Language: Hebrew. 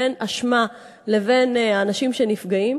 בין אשמה לבין היפגעות של אנשים,